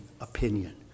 opinion